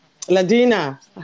Ladina